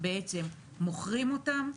בעצם מוכרים אותם,